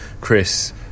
Chris